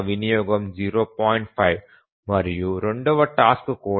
5 మరియు రెండవ టాస్క్ కూడా 0